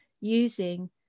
using